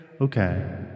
Okay